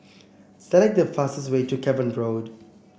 select the fastest way to Cavan Road